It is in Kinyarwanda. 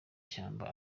shyamba